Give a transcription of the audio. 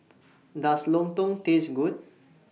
Does Lontong Taste Good